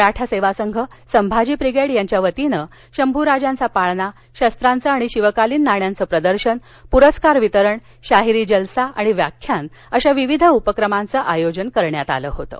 Maratha Seva Sangh Sambhaji brigade यांच्या वतीनं शंभूराजांचा पाळणा शस्त्रांचं आणि शिवकालीन नाण्यांचं प्रदर्शन पुरस्कार वितरण शाहिरी जलसा आणि व्याख्यान अशा विविध उपक्रमांचं आयोजन करण्यात आलं होतं